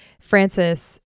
Francis